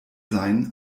sein